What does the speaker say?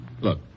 Look